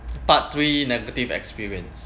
part three negative experience